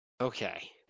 Okay